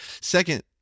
Second